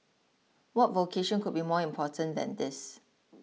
what vocation could be more important than this